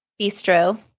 Bistro